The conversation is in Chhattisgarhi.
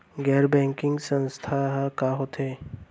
गैर बैंकिंग संस्था ह का होथे?